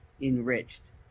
enriched